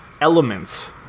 elements